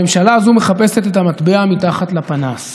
הממשלה הזאת מחפשת את המטבע מתחת לפנס,